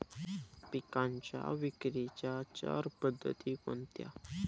पिकांच्या विक्रीच्या चार पद्धती कोणत्या?